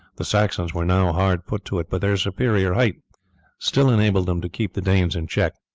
the saxons were now hard put to it, but their superior height still enabled them to keep the danes in check.